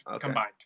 combined